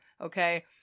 okay